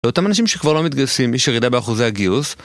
ואותם אנשים שכבר לא מתגייסים יש ירידה באחוזי הגיוס